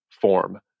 form